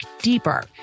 deeper